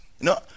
No